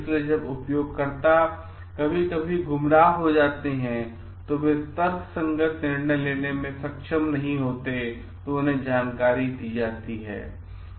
इसलिए जब उपयोगकर्ता कभी कभी गुमराह हो जाते हैं और वे तर्कसंगत निर्णय लेने में सक्षम नहीं होते हैं तो उन्हें जानकारी दी जाती है